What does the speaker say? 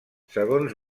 segons